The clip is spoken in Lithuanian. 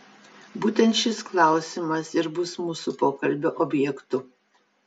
būtent šis klausimas ir bus mūsų pokalbio objektu